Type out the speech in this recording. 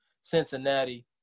Cincinnati